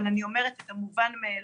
אבל אני אומרת את המובן מאליו.